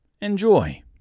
Enjoy